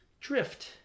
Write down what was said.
drift